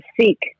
seek